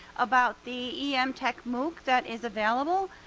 about the emtechmooc that is available.